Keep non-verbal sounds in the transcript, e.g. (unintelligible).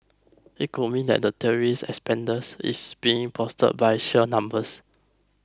it could mean that the tourist (unintelligible) is being bolstered by sheer numbers